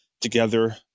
together